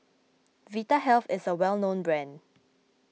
Vitahealth is a well known brand